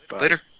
Later